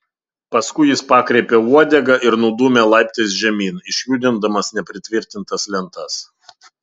paskui jis pakreipė uodegą ir nudūmė laiptais žemyn išjudindamas nepritvirtintas lentas